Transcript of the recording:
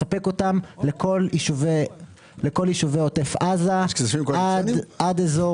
זה מספק אותם לכל יישובי עוטף עזה, עד אזור